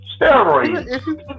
steroids